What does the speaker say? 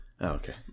Okay